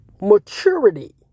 Maturity